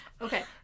Okay